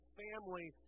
family